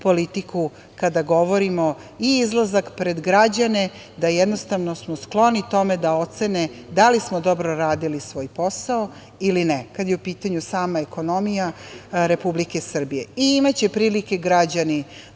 politiku kada govorimo i izlazak pred građane da smo skloni tome da ocene da li smo dobro radili svoj posao ili ne kada je u pitanju sama ekonomija Republike Srbije. Imaće prilike građani